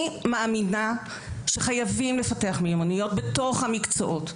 אני מאמינה שחייבים לפתח מיומנויות בתוך המקצועות.